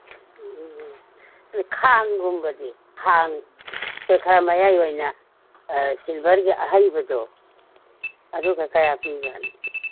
ꯎꯝ ꯈꯥꯡꯒꯨꯝꯕꯗꯤ ꯈꯥꯡ ꯈꯔ ꯃꯌꯥꯏ ꯑꯣꯏꯅ ꯁꯤꯜꯚꯔꯒꯤ ꯑꯍꯩꯕꯗꯣ ꯑꯗꯨꯒ ꯀꯌꯥ ꯄꯤꯔꯤ ꯖꯥꯠꯅꯣ